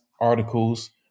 articles